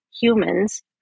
humans